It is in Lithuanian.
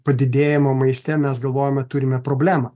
padidėjimo maiste mes galvojame turime problemą